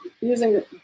using